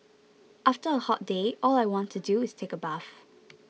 after a hot day all I want to do is take a bath